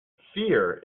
fear